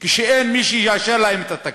כשאין מי שיאשר להם את התקציב?